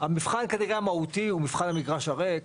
המבחן המהותי כנראה הוא מבחן המגרש הריק,